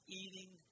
eating